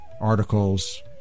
articles